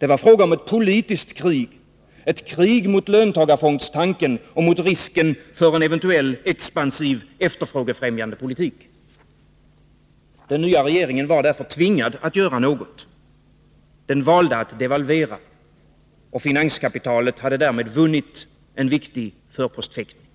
Det var fråga om ett politiskt krig, ett krig mot löntagarfondstanken och mot risken för en expansiv, efterfrågefrämjande politik. Den nya regeringen var tvingad att göra något. Den valde att devalvera. Finanskapitalet hade därmed vunnit en viktig förpostfäktning.